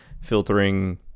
filtering